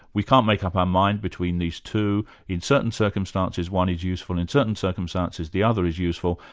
we can't make up our mind between these two in certain circumstances one is useful, in certain circumstances the other is useful,